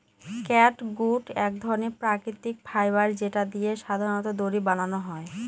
catgut এক ধরনের প্রাকৃতিক ফাইবার যেটা দিয়ে সাধারনত দড়ি বানানো হয়